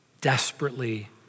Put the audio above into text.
desperately